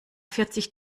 vierzig